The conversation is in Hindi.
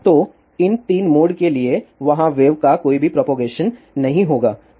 तो इन 3 मोड के लिए वहाँ वेव का कोई भी प्रोपगेशन नहीं होगा है